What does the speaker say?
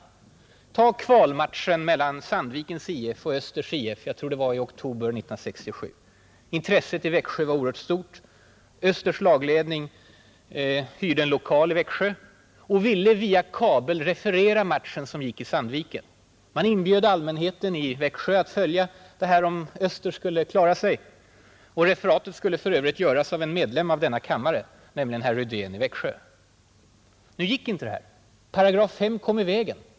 Intresset för kvalmatchen i fotboll till Allsvenskan mellan Sandvikens IF och Östers IF — jag tror det var i oktober år 1967 — var oerhört stort främst i de berörda orterna. Östers lagledning hyrde en lokal i Växjö och ville via kabel referera matchen som gick i Sandviken. Man inbjöd allmänheten i Växjö att på det sättet få följa om Östers IF skulle klara sig till Allsvenskan. Referatet skulle för övrigt göras av en medlem av denna kammare, nämligen herr Rydén i Växjö. Nu gick inte det därför att 8 5 kom i vägen.